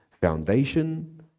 foundation